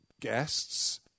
guests